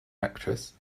actress